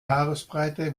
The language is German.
haaresbreite